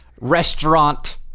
restaurant